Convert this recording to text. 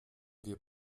wir